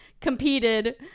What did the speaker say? competed